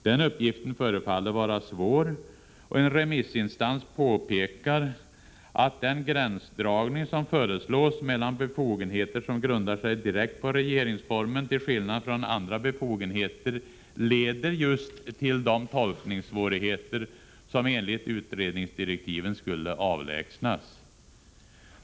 Den uppgiften förefaller vara svår, och en remissinstans påpekar att den gränsdragning som föreslås mellan befogenheter som grundar sig direkt på regeringsformen och andra befogenheter just leder till de tolkningssvårigheter som enligt utredningsdirektiven skulle avlägsnas.